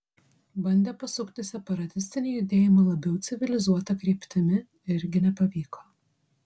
bandė pasukti separatistinį judėjimą labiau civilizuota kryptimi irgi nepavyko